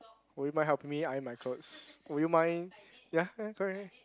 would you mind helping me iron my clothes would you mind ya ya correct